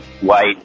white